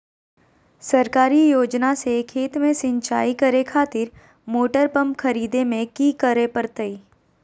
सरकारी योजना से खेत में सिंचाई करे खातिर मोटर पंप खरीदे में की करे परतय?